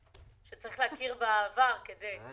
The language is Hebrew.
שצריך להכיר בעבר כדי